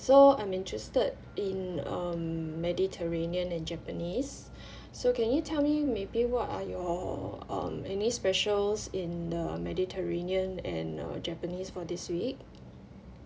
so I'm interested in um mediterranean and japanese so can you tell me maybe what are your um any specials in the mediterranean and uh japanese for this week